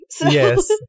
Yes